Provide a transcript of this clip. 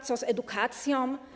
Co z edukacją?